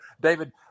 David